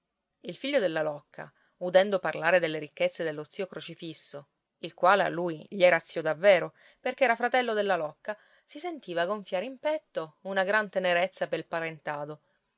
il figlio della locca udendo parlare delle ricchezze dello zio crocifisso il quale a lui gli era zio davvero perché era fratello della locca si sentiva gonfiare in petto una gran tenerezza pel parentado